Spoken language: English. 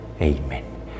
Amen